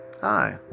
Hi